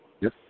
Yes